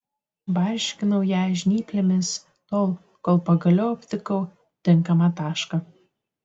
barškinau ją žnyplėmis tol kol pagaliau aptikau tinkamą tašką